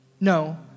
No